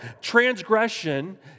Transgression